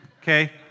okay